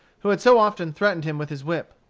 who had so often threatened him with his whip.